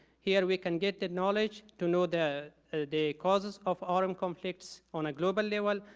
here we can get the knowledge to know the the causes of armed conflicts on a global level,